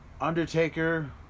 Undertaker